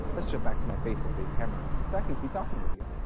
let's jump back to my face-to-face camera so i can keep talking with you.